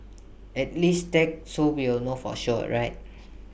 at least tag so we'll know for sure right